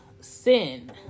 sin